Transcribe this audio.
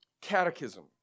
Catechism